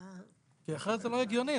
כי אחרת זה לא הגיוני.